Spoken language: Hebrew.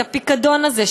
את הפיקדון הזה,